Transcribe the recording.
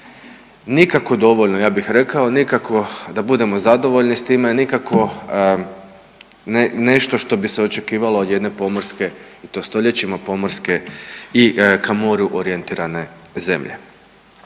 Nikako dovoljno, ja bih rekao, nikako da budemo zadovoljni s time, nikako nešto što bi se očekivalo od jedne pomorske i to stoljećima pomorske i ka moru orijentirane zemlje.